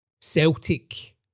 Celtic